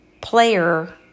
player